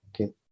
Okay